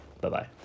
Bye-bye